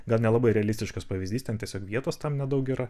gal nelabai realistiškas pavyzdys ten tiesiog vietos tam nedaug yra